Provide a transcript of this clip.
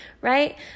right